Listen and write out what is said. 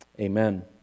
Amen